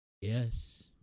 Yes